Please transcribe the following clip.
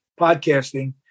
podcasting